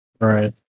Right